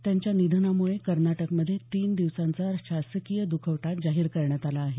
त्यांच्या निधनामुळे कर्नाटक मध्ये तीन दिवसांचा शासकीय दखवटा जाहीर करण्यात आला आहे